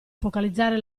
focalizzare